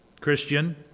Christian